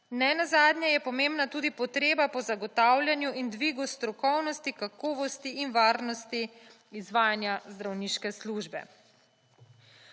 nenazadnje je pomembna tudi potreba po zagotavljanju in dvigu strokovnosti, kakovosti in varnosti izvajanja zdravniške službe.